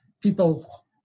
people